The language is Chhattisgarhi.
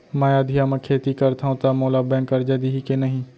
मैं अधिया म खेती करथंव त मोला बैंक करजा दिही के नही?